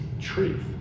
truth